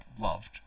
loved